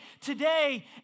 today